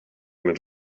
mit